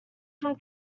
from